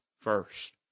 first